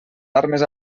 armes